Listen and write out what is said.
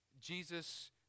Jesus